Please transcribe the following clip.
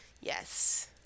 Yes